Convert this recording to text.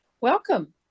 Welcome